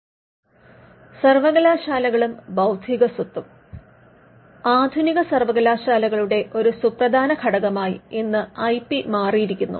യൂണിവേഴ്സിറ്റികളും intellectual പ്രോപ്പർട്ടിയും സർവകലാശാലകളും ബൌദ്ധിക സ്വത്തും ആധുനിക സർവകലാശാലകളുടെ ഒരു സുപ്രധാന ഘടകമായി ഇന്ന് ഐ പി മാറിയിരിക്കുന്നു